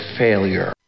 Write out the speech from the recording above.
failure